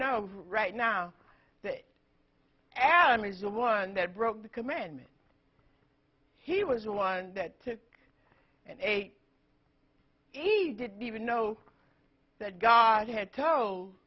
know right now that adam is the one that broke the commandment he was the one that took and ate he didn't even know that god had to